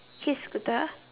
kid scooter